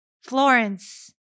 Florence